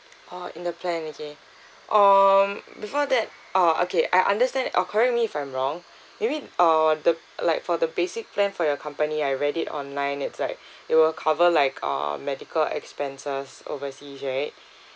oh in the plan okay um before that oh okay I understand uh correct me if I'm wrong maybe uh the like for the basic plan for your company I read it online it's like it will cover like uh medical expenses overseas right